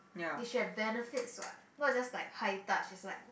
they should have benefits what not just like high touch is like